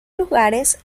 lugares